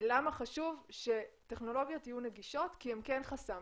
למה חשוב שטכנולוגיות יהיו נגישות כי הן כן חסם,